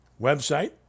website